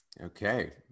Okay